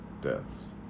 deaths